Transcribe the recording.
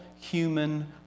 human